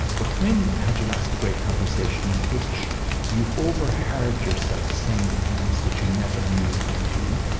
but when had you last a great conversation in which you overheard yourself saying things that you never knew you knew,